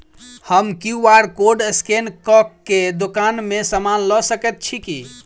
हम QR code scan कऽ केँ दुकान मे समान लऽ सकैत छी की?